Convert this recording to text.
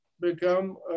become